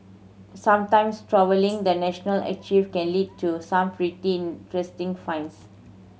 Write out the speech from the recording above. sometimes trawling the national archive can lead to some pretty interesting finds